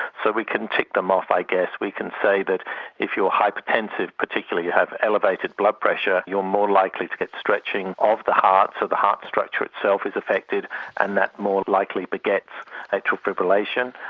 so we can tick them off i guess, we can say that if you are hypertensive particularly, you have elevated blood pressure, you are more likely to get stretching of the heart, so the heart structure itself is affected and that more likely begets like atrial fibrillation.